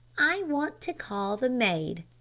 i want to call the maid.